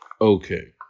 Okay